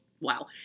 wow